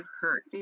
hurt